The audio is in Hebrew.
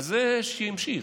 בזה שימשיך,